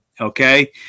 Okay